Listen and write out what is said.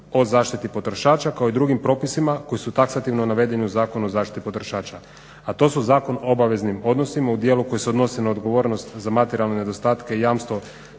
o zaštiti potrošača kao i drugim propisima koji su taksativno navedeni u Zakonu o zaštiti potrošača, a to su Zakon o obaveznim odnosima u dijelu koji se odnosi na odgovornost za materijalne nedostatke i jamstvo